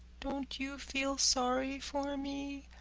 don't you feel sorry for me?